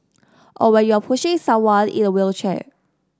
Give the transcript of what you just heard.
or when you're pushing someone in a wheelchair